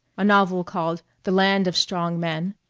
a novel called the land of strong men,